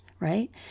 right